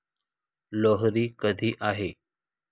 लोहरी कधी आहे?